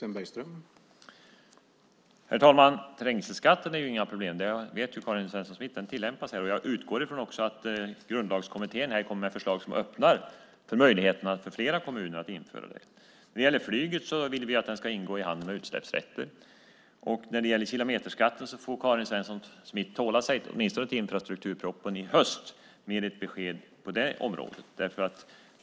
Herr talman! Trängselskatten är inget problem; det vet Karin Svensson Smith. Den tillämpas ju här i Stockholm. Jag utgår från att Grundlagskommittén kommer med förslag som öppnar möjligheter för fler kommuner att införa en sådan skatt. Vi vill att flyget ska ingå i handeln med utsläppsrätter. När det gäller kilometerskatten och att få ett besked på det området får Karin Svensson Smith tåla sig åtminstone till infrastrukturpropositionen i höst.